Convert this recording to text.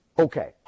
Okay